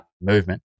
movement